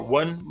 one